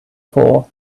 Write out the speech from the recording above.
for